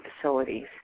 facilities